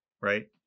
right